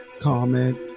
comment